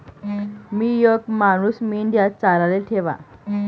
मी येक मानूस मेंढया चाराले ठेवा